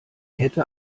kette